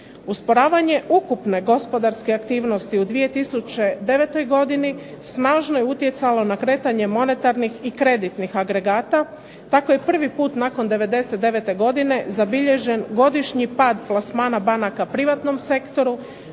Usporavanje ukupne gospodarske aktivnosti u 2009. godini snažno je utjecalo na kretanje monetarnih i kreditnih agregata. Tako je prvi put nakon '99. godine zabilježen godišnji pad plasmana banaka privatnom sektoru